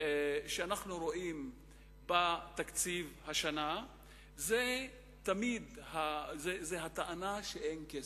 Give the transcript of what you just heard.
שאנחנו רואים בתקציב השנה זו הטענה שאין כסף.